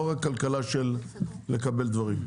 ולא רק כלכלה של לקבל דברים.